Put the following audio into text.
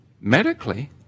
medically